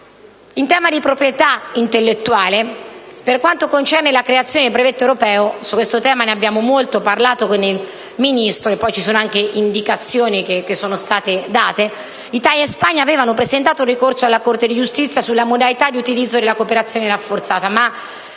In tema di proprietà intellettuale, per quanto concerne la creazione del brevetto europeo (di questo tema abbiamo parlato lungamente con il Ministro, e sono state poi anche fornite indicazioni). Italia e Spagna avevano presentato un ricorso alla Corte di giustizia sulla modalità di utilizzo della cooperazione rafforzata. Ma